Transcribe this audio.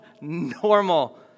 Normal